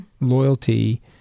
Loyalty